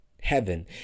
heaven